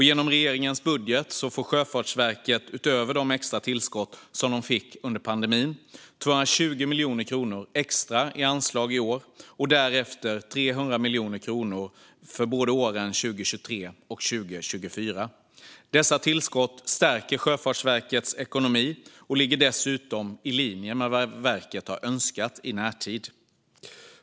Genom regeringens budget får Sjöfartsverket utöver de extra tillskott som de fick under pandemin 220 miljoner kronor i extra anslag i år och därefter 300 miljoner kronor åren 2023 och 2024. Dessa tillskott stärker Sjöfartsverkets ekonomi och ligger i linje med vad verket har önskat i närtid.